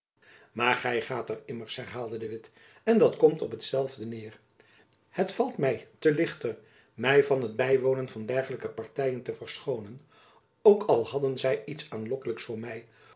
maar gy gaat er immers hernam de witt en dat komt op t zelfde neêr het valt my te lichter my van het bywonen van dergelijke partyen te verschoonen ook al hadden zy iets aanlokkelijks voor my